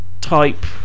type